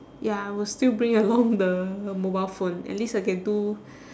ya I will still bring along the mobile phone at least I can do